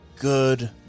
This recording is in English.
Good